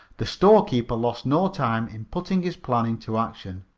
the storekeeper lost no time in putting his plan into action.